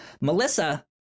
Melissa